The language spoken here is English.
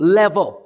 level